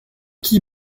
qui